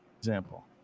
Example